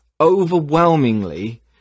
overwhelmingly